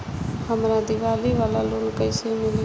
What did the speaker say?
हमरा दीवाली वाला लोन कईसे मिली?